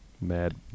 mad